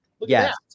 Yes